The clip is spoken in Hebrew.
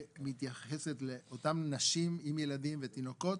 שמתייחסת לאותן נשים עם ילדים ותינוקות,